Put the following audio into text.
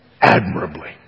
Admirably